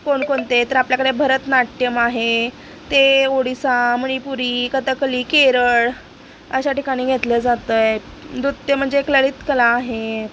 कोणकोणते तर आपल्याकडे भरतनाट्यम आहे ते ओडिसा मणिपुरी कथकली केरळ अशा ठिकाणी घेतलं जातंय नृत्य म्हणजे एक ललित कला आहे